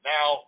Now